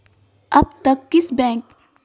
अब तक किस बैंक में सबसे अधिक डकैती हो चुकी है?